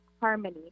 Harmony